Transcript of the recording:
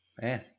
man